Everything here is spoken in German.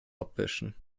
abwischen